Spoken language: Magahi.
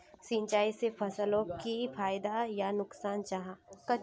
सिंचाई से फसलोक की फायदा या नुकसान जाहा?